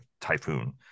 typhoon